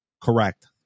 Correct